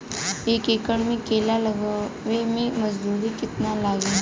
एक एकड़ में केला लगावे में मजदूरी कितना लागी?